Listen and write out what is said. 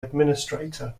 administrator